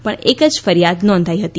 પણ એક જ ફરીયાદ નોંધાઈ હતી